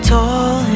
Tall